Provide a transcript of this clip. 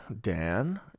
Dan